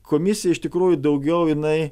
komisija iš tikrųjų daugiau jinai